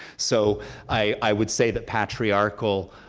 so i would say that patriarchal